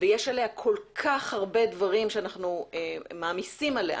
ויש עליה כל כך הרבה דברים שאנחנו מעמיסים עליה,